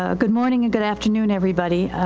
ah good morning and good afternoon everybody.